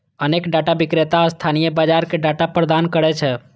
अनेक डाटा विक्रेता स्थानीय बाजार कें डाटा प्रदान करै छै